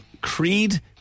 Creed